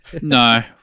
No